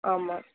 ஆமாம்